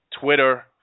Twitter